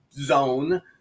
zone